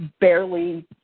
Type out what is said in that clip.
barely